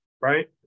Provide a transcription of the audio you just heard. right